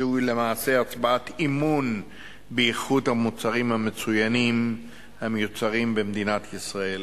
זוהי למעשה הצבעת אמון באיכות המוצרים המצוינים המיוצרים במדינת ישראל,